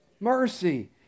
Mercy